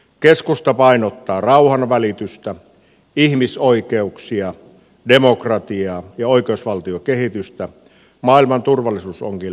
keskusta painottaa rauhanvälitystä ihmisoikeuksia demokratiaa ja oikeusvaltiokehitystä maailman turvallisuusongelmien ratkaisemisessa